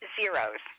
zeros